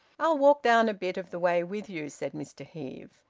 i'll walk down a bit of the way with you, said mr heve.